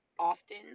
Often